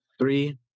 three